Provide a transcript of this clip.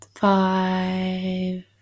Five